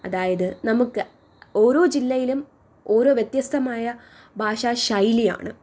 അതായത് നമുക്ക് ഓരോ ജില്ലയിലും ഓരോ വ്യത്യസ്തമായ ഭാഷാ ശൈലിയാണ്